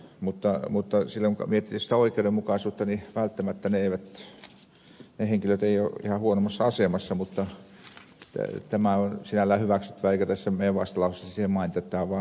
kun miettii sitä oikeudenmukaisuutta niin välttämättä ne henkilöt eivät ole ihan huonoimmassa asemassa mutta tämä on sinällään hyväksyttävää eikä meidän vastalauseessamme sitä mainita